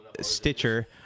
Stitcher